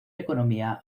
economía